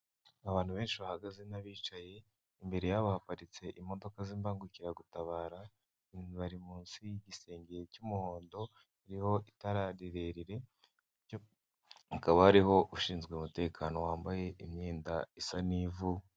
Abantu benshi bahagaze n'abicaye, imbere yabo haparitse imodoka z'imbangukiragutabara, bari munsi y'igisenge cy'umuhondo ririho itara rirerire, hakaba hariho ushinzwe umutekano wambaye imyenda isa n'ivu.